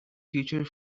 future